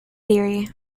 theory